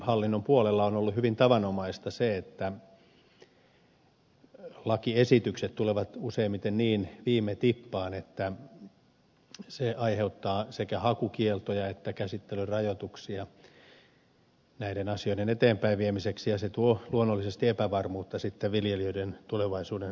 maataloushallinnon puolella on ollut hyvin tavanomaista se että lakiesitykset tulevat useimmiten niin viime tippaan että se aiheuttaa sekä hakukieltoja että käsittelyn rajoituksia näiden asioiden eteenpäin viemiseksi ja se tuo luonnollisesti epävarmuutta sitten viljelijöiden tulevaisuuden suunnitelmiin